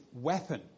weapon